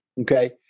Okay